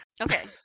Okay